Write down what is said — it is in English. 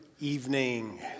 evening